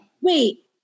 Wait